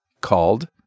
called